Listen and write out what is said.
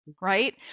Right